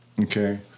okay